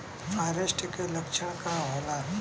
फारेस्ट के लक्षण का होला?